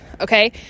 Okay